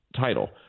title